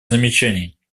замечаний